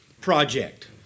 project